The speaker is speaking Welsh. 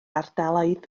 ardaloedd